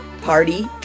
party